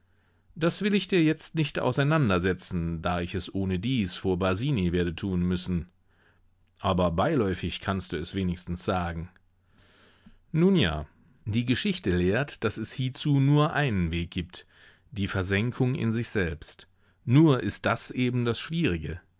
das will ich dir jetzt nicht auseinandersetzen da ich es ohnedies vor basini werde tun müssen aber beiläufig kannst du es wenigstens sagen nun ja die geschichte lehrt daß es hiezu nur einen weg gibt die versenkung in sich selbst nur ist das eben das schwierige